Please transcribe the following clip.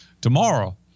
Tomorrow